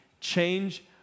change